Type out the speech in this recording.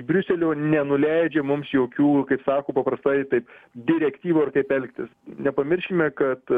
briuselio nenuleidžia mums jokių kaip sakom paprastai taip direktyvų ir kaip elgtis nepamirškime kad